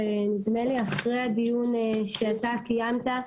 נדמה לי לאחר הדיון שאתה קיימת,